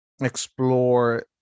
explore